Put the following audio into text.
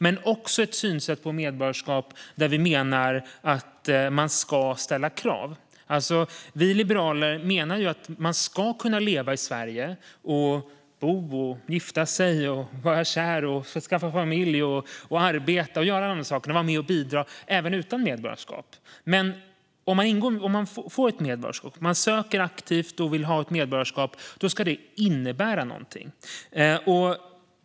Men det är också ett synsätt på medborgarskap där vi menar att man ska ställa krav. Vi liberaler menar att man ska kunna leva i Sverige - bo, vara kär, gifta sig, skaffa familj, arbeta och göra andra saker och vara med och bidra - även utan medborgarskap. Men om man får ett medborgarskap - om man aktivt söker och vill ha ett medborgarskap - ska det innebära någonting.